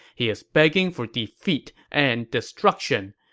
he is begging for defeat and destruction.